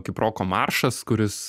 kaip roko maršas kuris